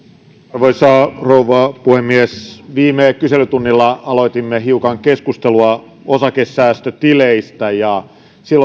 arvoisa rouva puhemies viime kyselytunnilla aloitimme hiukan keskustelua osakesäästötileistä